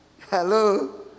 Hello